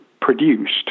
produced